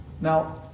Now